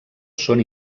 són